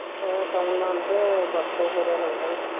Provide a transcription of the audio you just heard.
so టౌన్లో అంటే bus సౌకర్యాలు ఉంటాయి